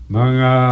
mga